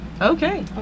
Okay